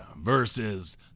versus